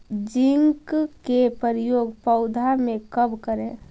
Zinc के प्रयोग पौधा मे कब करे?